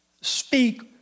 speak